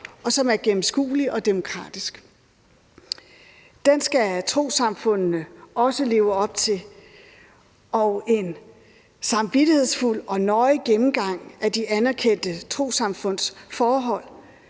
og som er gennemskuelig og demokratisk. Den skal trossamfundene også leve op til, og en samvittighedsfuld og nøje gennemgang af de anerkendte trossamfunds forhold,